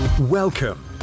Welcome